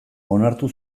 onartu